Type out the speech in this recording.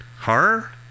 Horror